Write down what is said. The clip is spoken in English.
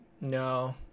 No